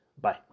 bye